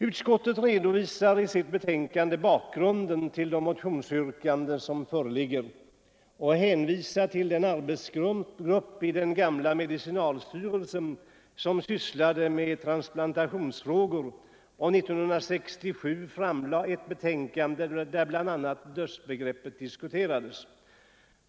Utskottet redovisar i sitt betänkande bakgrunden till motionsyrkandena och hänvisar till den arbetsgrupp i förutvarande medicinalstyrelsen som sysslade med transplantationsfrågor och som 1967 framlade ett betänkande, där bl.a. dödsbegreppet diskuterades.